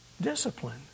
discipline